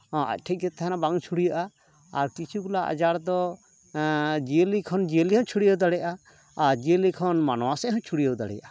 ᱟᱡ ᱴᱷᱮᱱ ᱜᱮ ᱛᱟᱦᱮᱱᱟ ᱵᱟᱝ ᱪᱷᱩᱲᱭᱟᱹᱜᱼᱟ ᱟᱨ ᱠᱤᱪᱷᱩᱜᱩᱞᱟ ᱟᱡᱟᱨ ᱫᱚ ᱡᱤᱭᱟᱹᱞᱤ ᱠᱷᱚᱱ ᱡᱤᱭᱟᱹᱞᱤ ᱦᱚᱸ ᱪᱷᱩᱲᱭᱟᱹᱣ ᱫᱟᱲᱮᱭᱟᱜᱼᱟ ᱟᱨ ᱡᱤᱭᱟᱹᱞᱤ ᱠᱷᱚᱱ ᱢᱟᱱᱣᱟ ᱥᱮᱫ ᱦᱚᱸ ᱪᱷᱩᱲᱭᱟᱹᱣ ᱫᱟᱲᱮᱭᱟᱜᱼᱟ